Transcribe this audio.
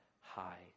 high